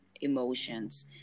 emotions